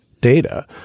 data